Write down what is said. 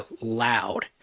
loud